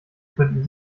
könnten